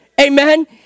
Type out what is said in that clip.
Amen